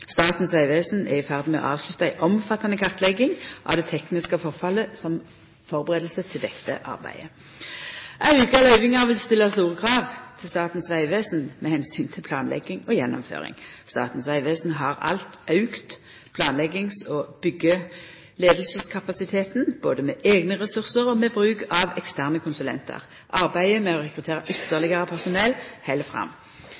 Statens vegvesen er i ferd med å avslutta ei omfattande kartlegging av det tekniske forfallet som førebuing til dette arbeidet. Auka løyvingar vil stilla store krav til Statens vegvesen med omsyn til planlegging og gjennomføring. Statens vegvesen har alt auka planleggings- og byggjeleiingskapasiteten både med eigne ressursar og ved bruk av eksterne konsulentar. Arbeidet med å rekruttera ytterlegare personell held fram.